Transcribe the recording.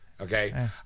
Okay